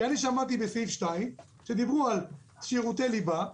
כי אני שמעתי בסעיף 2 שדיברו על שירותי ליבה,